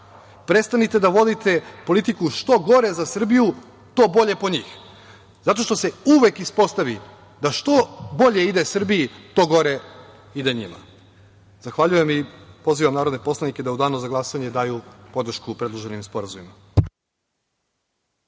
prestanite da vodite politiku - što gore za Srbiju to bolje po njih, jer se uvek ispostavi da što bolje ide Srbiji to gore ide i njima. Zahvaljujem i pozivam narodne poslanike da u danu za glasanje daju podršku predloženim sporazumima.